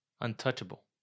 Untouchable